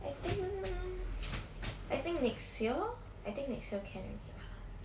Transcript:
I think I think next year I think next year can already bah